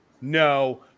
No